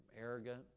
arrogant